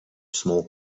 small